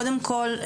קודם כל,